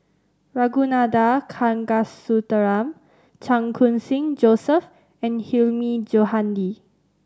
Ragunathar Kanagasuntheram Chan Khun Sing Joseph and Hilmi Johandi